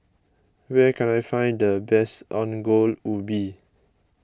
where can I find the best Ongol Ubi